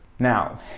Now